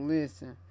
Listen